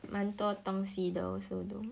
蛮多东西的 also though